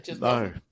No